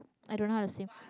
I don't know how to swim